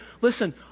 Listen